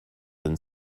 and